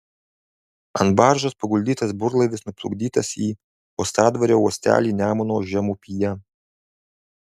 ant baržos paguldytas burlaivis nuplukdytas į uostadvario uostelį nemuno žemupyje